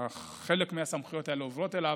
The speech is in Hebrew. שחלק מהסמכויות האלה עוברות אליו,